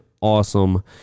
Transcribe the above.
awesome